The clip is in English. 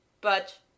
But